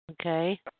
Okay